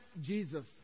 Jesus